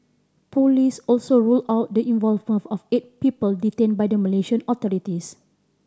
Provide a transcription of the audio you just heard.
police also ruled out the involvement of eight people detained by the Malaysian authorities